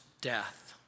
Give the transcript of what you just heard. death